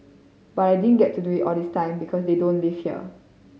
but I didn't get to do it this time because they don't live here